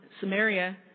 Samaria